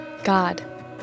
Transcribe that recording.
God